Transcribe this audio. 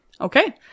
okay